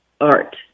art